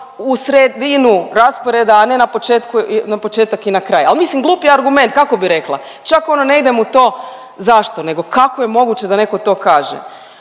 a ne na početku, na početak i na kraj. Al mislim glup je argument, kako bi rekla, čak ono ne idem u to zašto nego kako je moguće da neko to kaže.